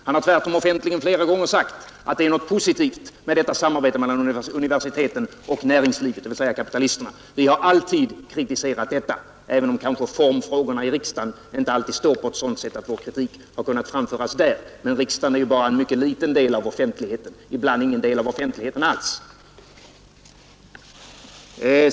Han har tvärtom offentligen flera gånger sagt att det är något positivt med detta samarbete mellan universiteten och näringslivet, dvs. kapitalisterna. Vi har alltid kritiserat detta, även om kanske formfrågorna i riksdagen inte alltid står på ett sådant sätt att vår kritik kunnat framföras där. Men riksdagen är ju bara en mycket liten del av offentligheten — ibland ingen del av offentligheten alls.